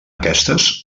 aquestes